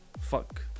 Fuck